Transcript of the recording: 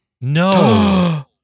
No